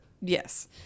Yes